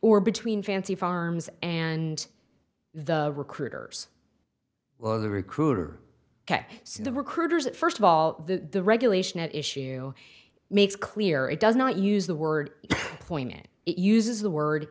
or between fancy farms and the recruiters or the recruiter ok so the recruiters first of all the regulation at issue makes clear it does not use the word point it uses the word